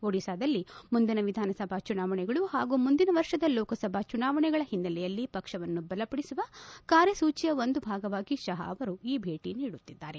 ಒಡಿಶಾದಲ್ಲಿ ಮುಂದಿನ ವಿಧಾನಸಭಾ ಚುನಾವಣೆಗಳು ಹಾಗೂ ಮುಂದಿನ ವರ್ಷದ ಲೋಕಸಭಾ ಚುನಾವಣೆಗಳ ಹಿನ್ನೆಲೆಯಲ್ಲಿ ಪಕ್ಷವನ್ನು ಬಲಪಡಿಸುವ ಕಾರ್ಯಸೂಚಿಯ ಒಂದು ಭಾಗವಾಗಿ ಶಾ ಅವರು ಈ ಭೇಟ ನೀಡುತ್ತಿದ್ದಾರೆ